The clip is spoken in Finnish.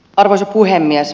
arvoisa puhemies